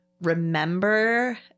remember